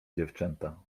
dziewczęta